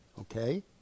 okay